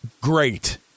great